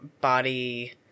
body